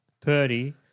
Purdy